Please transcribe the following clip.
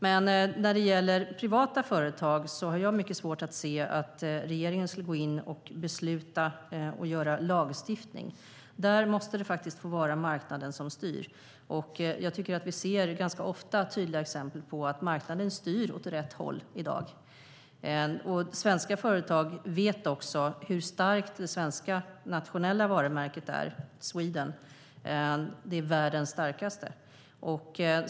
Men när det gäller privata företag har jag mycket svårt att se att regeringen skulle gå in och besluta om lagstiftning. Där måste det faktiskt få vara marknaden som styr. Vi ser ganska ofta tydliga exempel på att marknaden styr åt rätt håll i dag. Svenska företag vet också hur starkt det svenska nationella varumärket Sweden är. Det är världens starkaste.